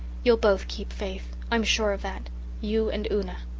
you'll both keep faith i'm sure of that you and una.